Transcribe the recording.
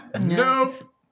Nope